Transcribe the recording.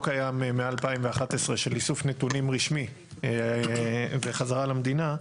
קיים מ-2011 של איסוף נתונים רשמי וחזרה למדינה,